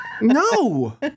No